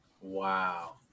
Wow